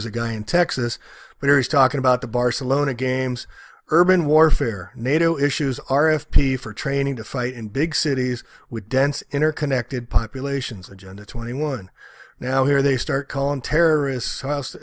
ws a guy in texas but he's talking about the barcelona games urban warfare nato issues r f p for training to fight in big cities with dense inner connected populations agenda twenty one now here they start calling terrorists